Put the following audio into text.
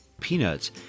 Peanuts